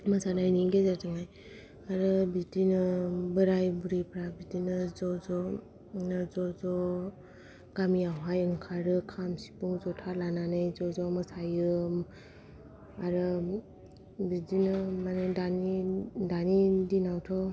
मोसानायनि गेजेरजोंनो आरो बिदिनो बोराय बुरैफ्रा बिदिनो ज' ज' ज' ज' गामियावहाय ओंखारो खाम सिफुं जथा लानानै ज' ज' मोसायो आरो बिदिनो माने दानि दिनावथ'